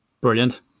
Brilliant